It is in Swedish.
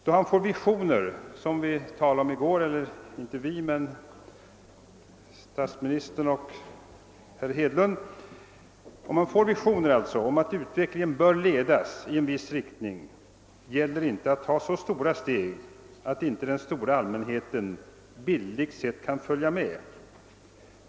Då han får visioner — som statsministern och herr Hedlund talade om i går — om att utvecklingen bör ledas i en viss riktning gäller det att inte ta så stora steg att inte den stora allmänheten bildligt sett kan följa med.